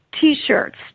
T-shirts